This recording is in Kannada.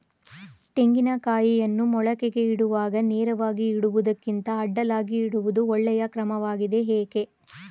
ತೆಂಗಿನ ಕಾಯಿಯನ್ನು ಮೊಳಕೆಗೆ ಇಡುವಾಗ ನೇರವಾಗಿ ಇಡುವುದಕ್ಕಿಂತ ಅಡ್ಡಲಾಗಿ ಇಡುವುದು ಒಳ್ಳೆಯ ಕ್ರಮವಾಗಿದೆ ಏಕೆ?